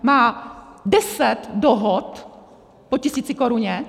Má deset dohod po tisícikoruně.